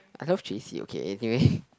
I love j_c okay anyway